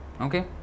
okay